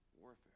warfare